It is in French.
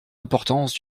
importance